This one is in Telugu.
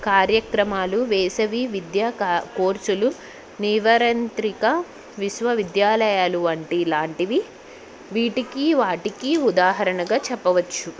కార్యక్రమాలు వేసవి విద్యా కోర్సులు నివరంత్రిక విశ్వవిద్యాలయాలు వంటి లాంటివి వీటికి వాటికి ఉదాహరణగా చెప్పవచ్చు